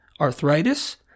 arthritis